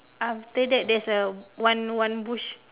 after that there is a one one bush